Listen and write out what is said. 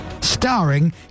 Starring